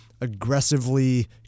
aggressively